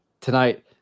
tonight